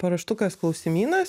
paruoštukas klausimynas